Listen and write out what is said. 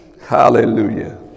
Hallelujah